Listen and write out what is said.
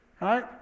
right